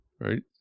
right